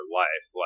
life